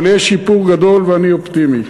אבל יש שיפור גדול ואני אופטימי.